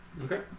Okay